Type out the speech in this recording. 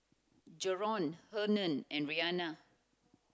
Jaron Hernan and Rhianna